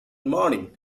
morning